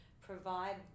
provide